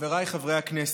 חבריי חברי הכנסת,